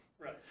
right